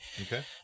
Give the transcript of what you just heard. Okay